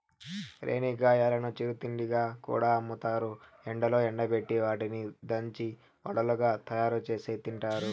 రేణిగాయాలను చిరు తిండిగా కూడా అమ్ముతారు, ఎండలో ఎండబెట్టి వాటిని దంచి వడలుగా తయారుచేసి తింటారు